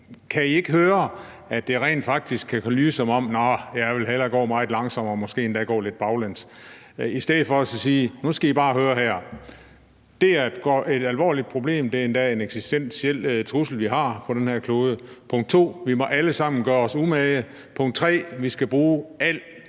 Kan I ikke høre, at det rent faktisk kan lyde, som om man siger: Nå, jeg vil hellere gå meget langsommere, måske endda gå lidt baglæns? Man kunne i stedet for at sige, at vi må tænke os godt om, sige: Nu skal I bare høre her! Punkt 1: Det er et alvorligt problem, det er endda en eksistentiel trussel, vi har på den her klode. Punkt 2: Vi må alle sammen gøre os umage. Punkt 3: Vi skal bruge al